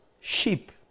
sheep